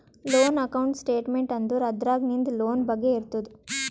loan account statement ಅಂದುರ್ ಅದ್ರಾಗ್ ನಿಂದ್ ಲೋನ್ ಬಗ್ಗೆ ಇರ್ತುದ್